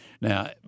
Now